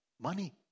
money